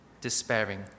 despairing